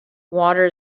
water